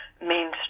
mainstream